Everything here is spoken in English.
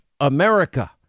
America